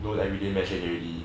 don't everyday message already